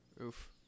Oof